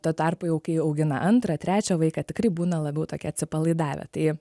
tuo tarpu jau kai augina antrą trečią vaiką tikrai būna labiau tokie atsipalaidavę tai